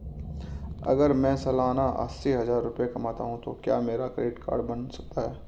अगर मैं सालाना अस्सी हज़ार रुपये कमाता हूं तो क्या मेरा क्रेडिट कार्ड बन सकता है?